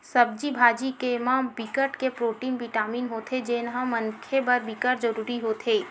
सब्जी भाजी के म बिकट के प्रोटीन, बिटामिन होथे जेन ह मनखे बर बिकट जरूरी होथे